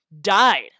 died